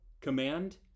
command